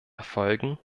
erfolgen